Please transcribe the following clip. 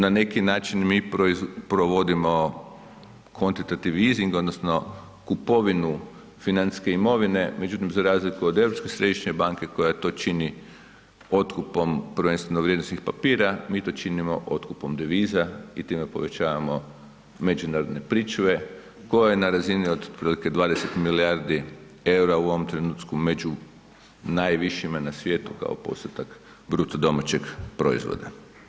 Na neki način mi provodimo kontitativizing odnosno kupovinu financijske imovine, međutim za razliku od Europske središnje banke koja to čini otkupom prvenstveno vrijednosnih papira, mi to činimo otkupom deviza i time povećavamo međunarodne pričuve koje je na razini otprilike 20 milijardi eura u ovom trenutku među najvišima na svijetu kao postotak BDP-a.